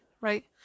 Right